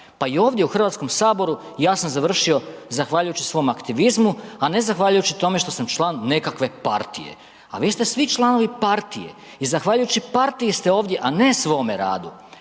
Pa i ovdje u HS ja sam završio, zahvaljujući svom aktivizmu, a ne zahvaljujući tome što sam član nekakve partije, a vi ste svi članovi partije i zahvaljujući partiji ste ovdje, a ne svome radu.